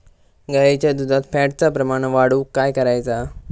गाईच्या दुधात फॅटचा प्रमाण वाढवुक काय करायचा?